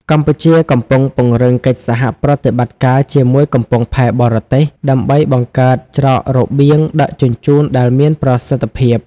កម្ពុជាកំពុងពង្រឹងកិច្ចសហប្រតិបត្តិការជាមួយកំពង់ផែបរទេស ដើម្បីបង្កើតច្រករបៀងដឹកជញ្ជូនដែលមានប្រសិទ្ធភាព។